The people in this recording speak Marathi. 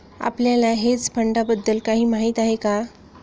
आपल्याला हेज फंडांबद्दल काही माहित आहे का?